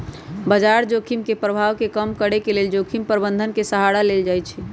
बजार जोखिम के प्रभाव के कम करेके लेल जोखिम प्रबंधन के सहारा लेल जाइ छइ